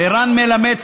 לרן מלמד,